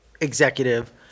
executive